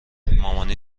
مامانی